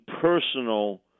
personal